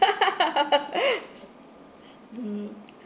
mm